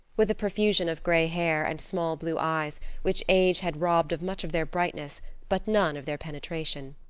with a profusion of gray hair, and small blue eyes which age had robbed of much of their brightness but none of their penetration.